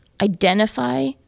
identify